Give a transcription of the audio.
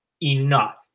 enough